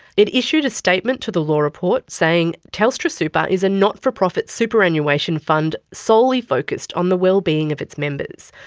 it issued a statement to the law report, saying telstra super is a not for profit superannuation fund solely focused on the well-being of its members.